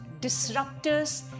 disruptors